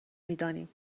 میدانیم